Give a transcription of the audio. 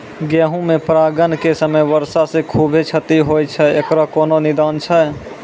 गेहूँ मे परागण के समय वर्षा से खुबे क्षति होय छैय इकरो कोनो निदान छै?